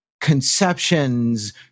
conceptions